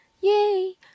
Yay